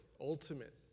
ultimate